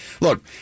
look